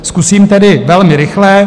Zkusím tedy velmi rychle.